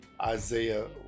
Isaiah